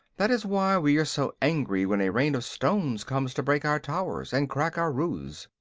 that is why we are so angry when a rain of stones comes to break our towers and crack our roofs.